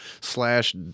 slash